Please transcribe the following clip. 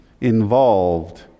involved